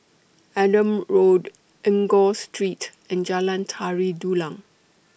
Adam Road Enggor Street and Jalan Tari Dulang